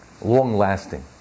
long-lasting